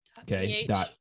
Okay